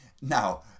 now